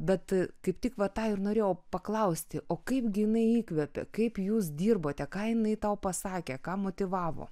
bet kaip tik va tą ir norėjau paklausti o kaipgi jinai įkvėpė kaip jūs dirbote ką jinai tau pasakė ką motyvavo